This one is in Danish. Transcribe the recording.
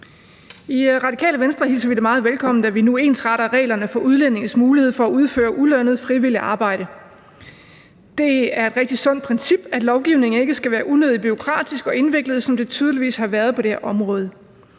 I Radikale Venstre hilser vi det meget velkommen, at vi nu ensretter reglerne for udlændinges mulighed for at udføre ulønnet frivilligt arbejde. Det er et rigtig sundt princip, at lovgivning ikke skal være unødigt bureaukratisk og indviklet, som den tydeligvis har været på det her område.